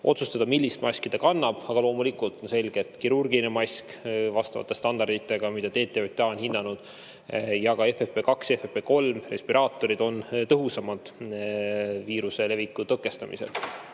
otsustada, millist maski ta kannab. Aga loomulikult on selge, et kirurgiline mask, vastavate standarditega, mida TTJA on hinnanud, ja ka respiraatorid FFP2 ja FFP3 on tõhusamad viiruse leviku tõkestamisel.